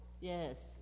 Yes